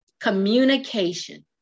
communication